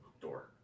door